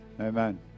Amen